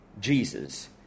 Jesus